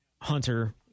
Hunter